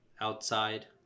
outside